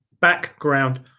background